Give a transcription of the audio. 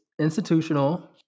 institutional